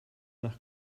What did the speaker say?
nach